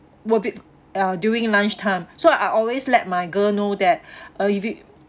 worth it uh during lunchtime so I always let my girl know that uh if you